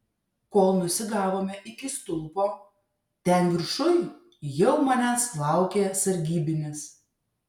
kol nusigavome iki stulpo ten viršuj jau manęs laukė sargybinis